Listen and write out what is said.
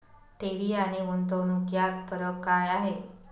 ठेवी आणि गुंतवणूक यात फरक काय आहे?